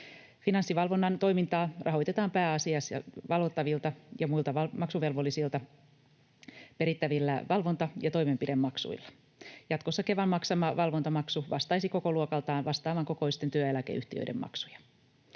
Finanssivalvonnan toimintaa rahoitetaan pääasiassa valvottavilta ja muilta maksuvelvollisilta perittävillä valvonta- ja toimenpidemaksuilla. Jatkossa Kevan maksama valvontamaksu vastaisi kokoluokaltaan vastaavankokoisten työeläkeyhtiöiden maksuja.